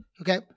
Okay